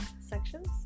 Sections